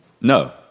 No